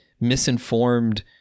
misinformed